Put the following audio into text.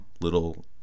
little